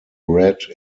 read